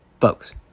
Folks